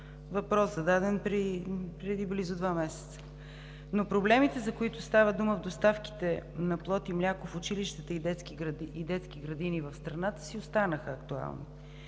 въпрос, зададен преди близо два месеца. Но проблемите, за които става дума в доставките на плод и мляко в училищата и детските градини в страната, си останаха актуални.